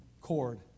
cord